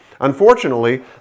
Unfortunately